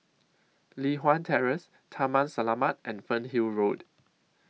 Li Hwan Terrace Taman Selamat and Fernhill Road